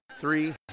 three